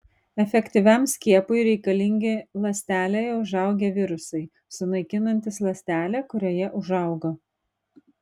efektyviam skiepui reikalingi ląstelėje užaugę virusai sunaikinantys ląstelę kurioje užaugo